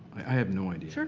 i have no idea. sure,